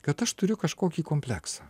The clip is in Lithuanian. kad aš turiu kažkokį kompleksą